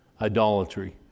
idolatry